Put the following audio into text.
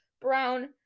Brown